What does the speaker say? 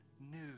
news